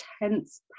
intense